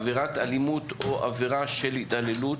עבירת אלימות או עבירה של התעללות,